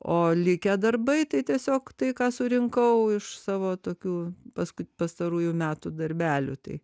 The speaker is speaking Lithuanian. o likę darbai tai tiesiog tai ką surinkau iš savo tokių pas pastarųjų metų darbelių tai